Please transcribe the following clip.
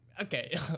Okay